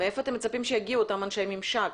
מאיפה אתם מצפים שיגיעו אותם אנשי ממשק?